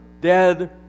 dead